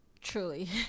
truly